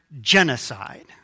genocide